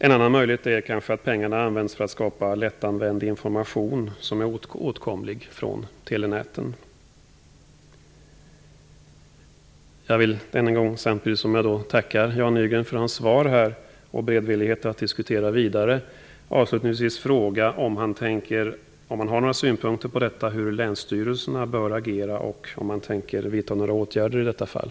En annan möjlighet är kanske att pengarna används för att skapa lättanvänd information som är åtkomlig från telenäten. Samtidigt som jag tackar Jan Nygren för hans svar och beredvillighet att diskutera vidare vill jag än en gång fråga om han har några synpunkter på hur länsstyrelserna bör agera och om han tänker vidta några åtgärder i detta fall.